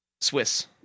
Swiss